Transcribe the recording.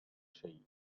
شيء